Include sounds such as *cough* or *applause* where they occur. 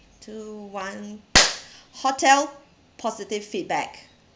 three two one *noise* hotel positive feedback